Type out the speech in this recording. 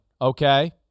okay